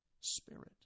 spirit